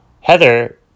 Heather